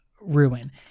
Ruin